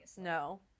No